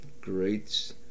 great